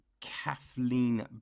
Kathleen